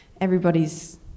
everybody's